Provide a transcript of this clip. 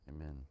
Amen